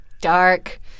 dark